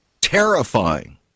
Terrifying